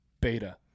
Beta